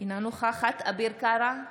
אינה נוכחת אביר קארה,